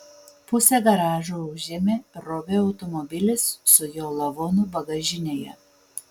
pusę garažo užėmė robio automobilis su jo lavonu bagažinėje